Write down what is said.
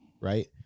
right